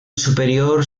superior